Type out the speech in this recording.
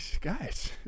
guys